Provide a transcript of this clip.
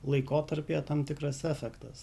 laikotarpyje tam tikras efektas